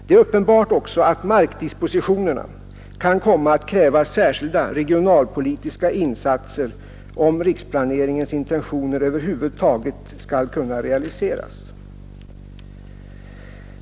Det är uppenbart också så att markdispositionerna kan komma att kräva särskilda regionalpolitiska insatser, om riksplaneringens intentioner över huvud taget skall kunna realiseras.